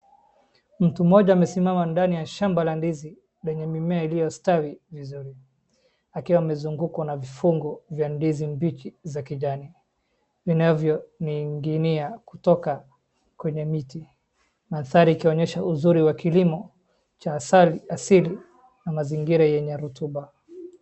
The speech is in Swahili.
Mtu mmoja amesimama ndani ya shamba la ndizi lenye mimea iliostawi vizuri akiwa amezungukwa na vifungu vya ndizi mbichi za kijani vinavyoning'inia kutoka kwenye miti. Mandhari ikionyesha uzuri wa kilimo cha asili na mazingira yenye rutuba.